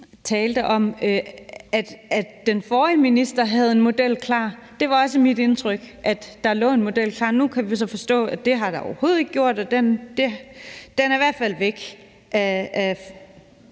indtryk, at den forrige minister havde en model klar, at der lå en model klar, og nu kan vi så forstå, at det har der overhovedet ikke gjort, eller at den i hvert fald af